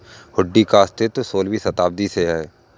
हुंडी का अस्तित्व सोलहवीं शताब्दी से है